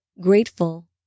Grateful